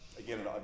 Again